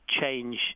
change